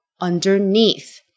underneath